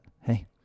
Hey